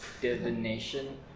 Divination